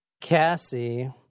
Cassie